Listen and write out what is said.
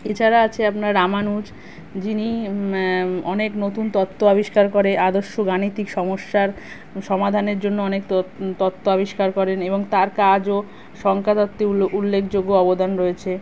এছাড়া আছে আপনার রামানুজ যিনি অনেক নতুন তত্ত্ব আবিষ্কার করে আদর্শ গাণিতিক সমস্যার সমাধানের জন্য অনেক ত তত্ত্ব আবিষ্কার করেন এবং তার কাজও সংখ্যা তত্ত্বে উল্ল উল্লেখযোগ্য অবদান রয়েছে